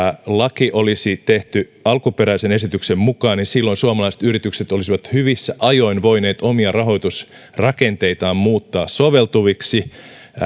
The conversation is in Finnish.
laki olisi tehty alkuperäisen esityksen mukaan silloin suomalaiset yritykset olisivat hyvissä ajoin voineet omia rahoitusrakenteitaan muuttaa soveltuviksi